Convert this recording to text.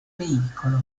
veicolo